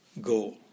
goal